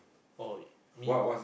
oh mee